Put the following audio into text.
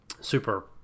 super